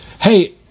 hey